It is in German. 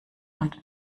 und